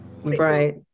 right